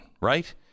right